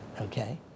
okay